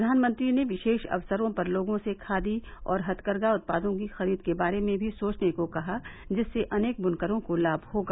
प्रधानमंत्री ने विशेष अवसरों पर लोगों से खादी और हथकरघा उत्पादों की खरीद के बारे में भी सोचने को कहा जिससे अनेक बुनकरों को लाभ होगा